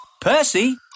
Percy